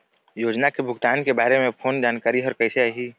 योजना के भुगतान के बारे मे फोन जानकारी हर कइसे आही?